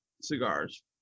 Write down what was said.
cigars